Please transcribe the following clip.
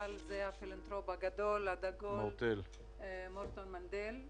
זה הפילנתרופ הגדול-הגדול מורטון מנדל,